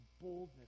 Boldness